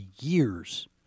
years